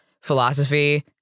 philosophy